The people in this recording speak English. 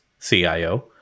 CIO